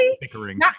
bickering